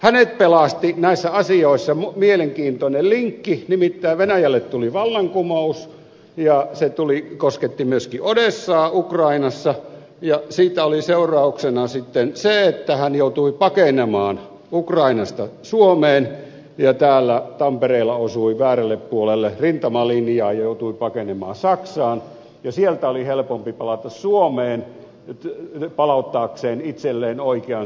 hänet pelasti näissä asioissa mielenkiintoinen linkki nimittäin venäjälle tuli vallankumous ja se kosketti myöskin odessaa ukrainassa ja siitä oli seurauksena sitten se että hän joutui pakenemaan ukrainasta suomeen ja täällä tampereella osui väärälle puolelle rintamalinjaa ja joutui pakenemaan saksaan ja sieltä oli helpompi palata suomeen palauttaakseen itselleen oikean syntymäajan